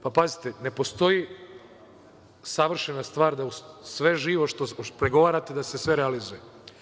Pa, pazite, ne postoji savršena stvar da sve živo što pregovarate da se sve realizuje.